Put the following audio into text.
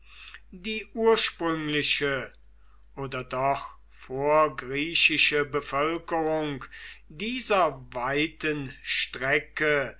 die ursprüngliche oder doch vorgriechische bevölkerung dieser weiten strecke